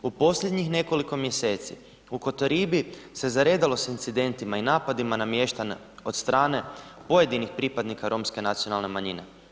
U posljednjih nekoliko mjeseci u Kotoribi se zaredalo s incidentima i napadima na mještane od strane pojedinih pripadnika romske nacionalne manjine.